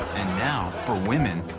and now for women,